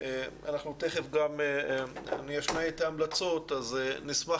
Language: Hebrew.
אנחנו תיכף גם נשמע את ההמלצות אז נשמח